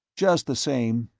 just the same,